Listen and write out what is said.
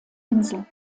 insel